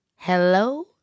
Hello